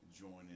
joining